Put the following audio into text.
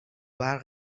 برق